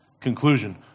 conclusion